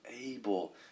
able